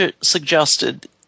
suggested